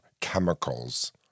chemicals